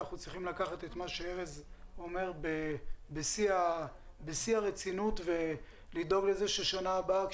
אנחנו צריכים לקחת את מה שארז אומר בשיא הרצינות ולדאוג לכך ששנה הבאה,